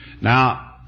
Now